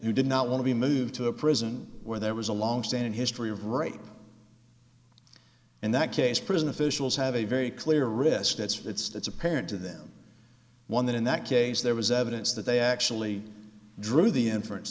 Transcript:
who did not want to be moved to a prison where there was a longstanding history of rape and that case prison officials have a very clear risk that's that's that's apparent to them one that in that case there was evidence that they actually drew the inference